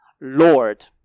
Lord